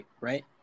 right